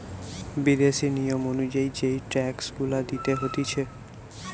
বিদেশি নিয়ম অনুযায়ী যেই ট্যাক্স গুলা দিতে হতিছে